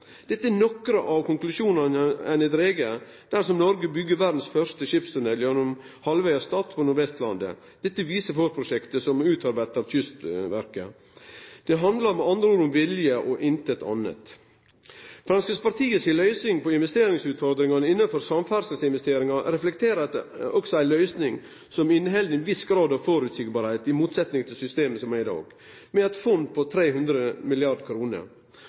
Dette er nokre av konklusjonane ein har drege dersom Noreg byggjer verdas først skipstunnel gjennom halvøya Stad på Nord-Vestlandet. Dette viser forprosjektet som er utarbeidd av Kystverket. Det handlar med andre ord om vilje og ikkje noko anna. Framstegspartiet si løysing på investeringsutfordringane innanfor samferdsel reflekterer også ei løysing som inneheld ein viss grad av føreseielegheit, i motsetning til systemet som er i dag. Vi har eit fond på 300